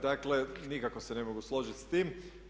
Dakle, nikako se ne mogu složiti s tim.